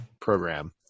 program